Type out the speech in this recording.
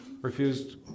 refused